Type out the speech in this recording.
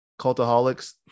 cultaholics